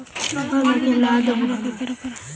गाय के दुध बढ़ावेला हमरा का करे पड़तई?